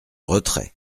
retrait